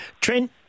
Trent